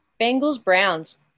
Bengals-Browns